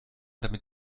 damit